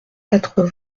quatre